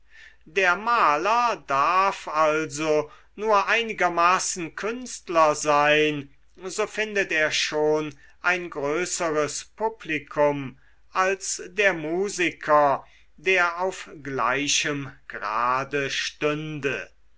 der maler darf also nur einigermaßen künstler sein so findet er schon ein größeres publikum als der musiker der auf gleichem grade stünde